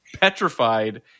petrified